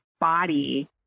body